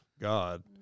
God